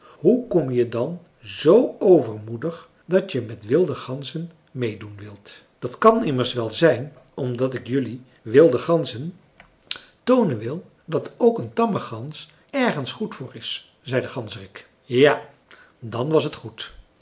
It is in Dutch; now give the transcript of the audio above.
hoe kom je dan zoo overmoedig dat je met wilde ganzen meêdoen wilt dat kan immers wel zijn omdat ik jelui wilde ganzen toonen wil dat ook een tamme gans ergens goed voor is zei de ganzerik ja dan was het goed